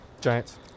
Giants